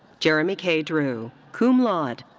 jeremy k. drew, cum laude.